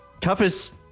Toughest